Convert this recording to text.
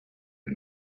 had